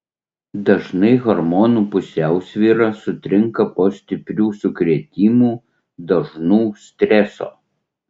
dažnai hormonų pusiausvyra sutrinka po stiprių sukrėtimų dažnų streso